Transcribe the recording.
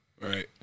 Right